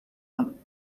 them